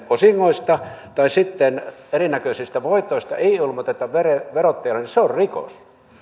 osingoista tai sitten erinäköisistä voitoista ei ilmoiteta verottajalle niin se on rikos